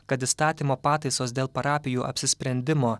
kad įstatymo pataisos dėl parapijų apsisprendimo